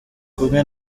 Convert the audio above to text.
kumwe